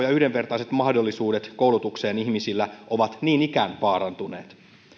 ja yhdenvertaiset mahdollisuudet koulutukseen ihmisillä ovat niin ikään vaarantuneet